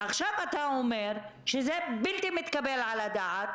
ועכשיו אתה אומר שזה בלתי מתקבל על הדעת,